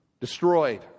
destroyed